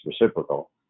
reciprocal